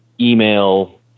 email